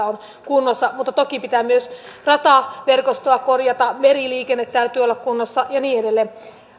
on kunnossa mutta toki pitää myös rataverkostoa korjata meriliikenteen täytyy olla kunnossa ja niin edelleen